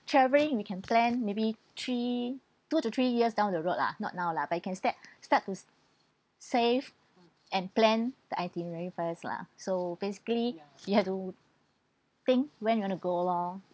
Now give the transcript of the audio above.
travelling we can plan maybe three two to three years down the road ah not now lah but you can start start to save and plan the itinerary first lah so basically you have to think when you want to go lor